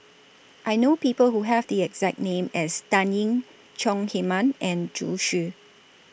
I know People Who Have The exact name as Dan Ying Chong Heman and Zhu Xu